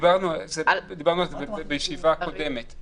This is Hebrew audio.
דיברנו על זה בישיבה קודמת.